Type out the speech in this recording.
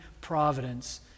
providence